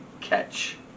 catch